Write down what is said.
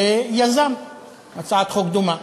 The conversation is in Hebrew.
יזם הצעת חוק דומה,